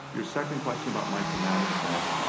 your second question about micromanagement.